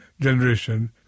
generation